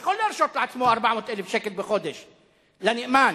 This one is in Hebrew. יכול להרשות לעצמו 400,000 שקל בחודש לנאמן.